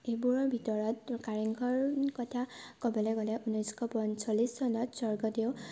এইবোৰৰ ভিতৰত কাৰেংঘৰ কথা ক'বলৈ গ'লে ঊনৈছশ পঞ্চল্লিছ চনত স্বৰ্গদেউ